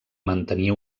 mantenir